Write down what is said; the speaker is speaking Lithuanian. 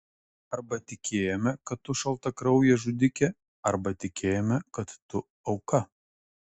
arba tikėjome kad tu šaltakraujė žudikė arba tikėjome kad tu auka